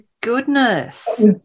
goodness